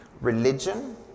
religion